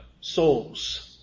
Souls